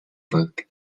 book